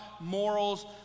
morals